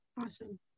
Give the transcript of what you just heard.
Awesome